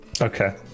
Okay